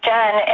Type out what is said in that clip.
Jen